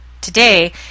today